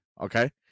Okay